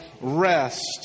rest